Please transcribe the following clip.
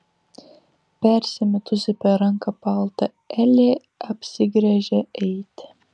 persimetusi per ranką paltą elė apsigręžia eiti